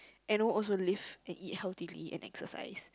and know also live and eat healthily and exercise